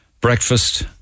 breakfast